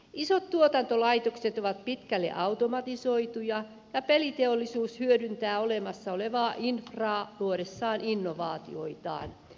isot tuotantolaitokset ovat pitkälle automatisoituja ja peliteollisuus hyödyntää olemassa olevaa infraa luodessaan innovaatioitaan